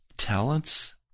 Talents